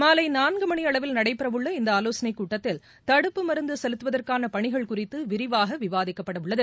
மாலை நான்கு மணி அளவில் நடைபெறவுள்ள இந்த ஆலோசனைக் கூட்டத்தில் தடுப்பு மருந்து செலுத்துவதற்கான பணிகள் குறித்து விரிவாக விவாதிக்கப்பட உள்ளது